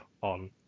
on